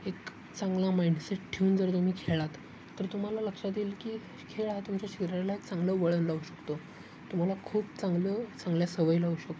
एक चांगला माइंडसेट ठेऊन जर तुम्ही खेळलात तर तुम्हाला लक्षात येईल की खेळ हा तुमच्या शरीराला एक चांगलं वळण लावू शकतो तुम्हाला खूप चांगलं चांगल्या सवयी लावू शकतो